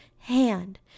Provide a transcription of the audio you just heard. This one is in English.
hand